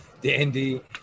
Dandy